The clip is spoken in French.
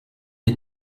est